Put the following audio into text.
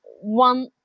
one